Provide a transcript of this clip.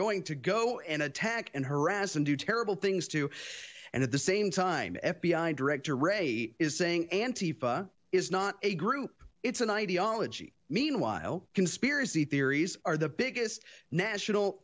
going to go and attack and harass and do terrible things to and at the same time f b i director ray is saying anti is not a group it's an ideology meanwhile conspiracy theories are the biggest national